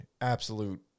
absolute